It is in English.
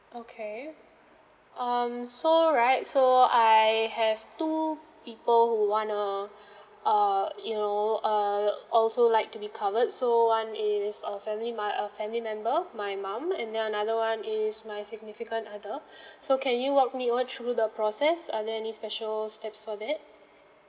okay um so right so I have two people who want to err you know err also like to be covered so one is a family my uh family member my mum and then another one is my significant other so can you walk me all through the process are there any special steps for that